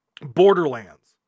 Borderlands